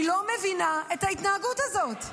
אני לא מבינה את ההתנהגות הזאת.